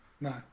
No